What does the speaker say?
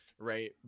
Right